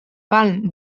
palm